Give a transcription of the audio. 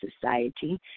society